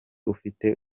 ufite